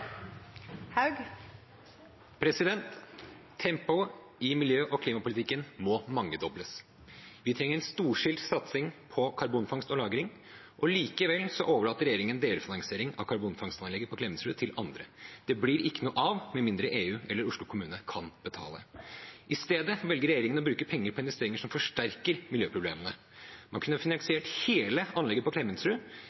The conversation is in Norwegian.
Tempoet i miljø- og klimapolitikken må mangedobles. Vi trenger en storstilt satsing på karbonfangst og -lagring. Likevel overlater regjeringen delfinansiering av karbonfangstanlegget på Klemetsrud til andre. Det blir ikke noe av med mindre EU eller Oslo kommune kan betale. I stedet velger regjeringen å bruke penger på investeringer som forsterker miljøproblemene. Man kunne